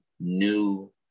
new